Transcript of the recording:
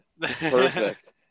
Perfect